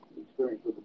experience